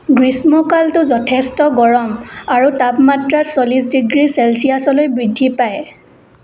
গ্ৰীষ্মকালটো যথেষ্ট গৰম আৰু তাপমাত্ৰা চল্লিছ ডিগ্ৰী চেলচিয়াচলৈ বৃদ্ধি পায়